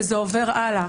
וזה עובר הלאה.